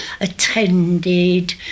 attended